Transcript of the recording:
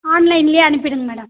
ஆன்லைனிலே அனுப்பிவிடுங்க மேடம்